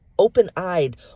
open-eyed